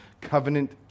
covenant